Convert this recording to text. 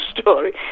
story